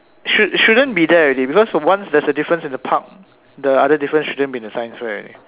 should shouldn't be there already because once there's a difference in the park the other difference shouldn't be in the science fair already